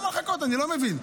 אני לא מבין.